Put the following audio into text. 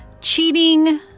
cheating